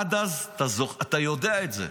עד אז, אתה יודע את זה,